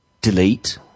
delete